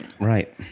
Right